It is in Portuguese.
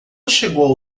chegou